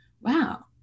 wow